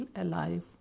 alive